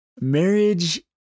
Marriage